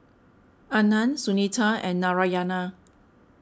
Anand Sunita and Narayana